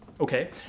Okay